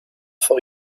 for